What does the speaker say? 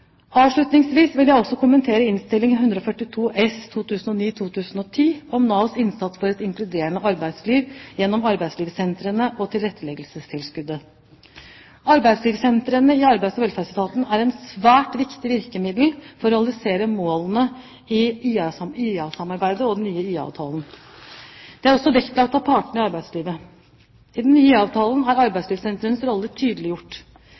Avslutningsvis vil jeg også kommentere Innst. 142 S for 2009–2010 om Navs innsats for et inkluderende arbeidsliv gjennom arbeidslivssentrene og tilretteleggingstilskuddet. Arbeidslivssentrene i Arbeids- og velferdsetaten er et svært viktig virkemiddel for å realisere målene i IA-samarbeidet og den nye IA-avtalen. Dette er også vektlagt av partene i arbeidslivet. I den nye IA-avtalen er arbeidslivssentrenes rolle tydeliggjort.